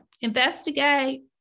investigate